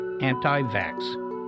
Anti-Vax